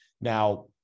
Now